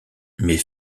met